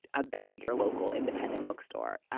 about your local independent bookstore.